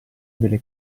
delle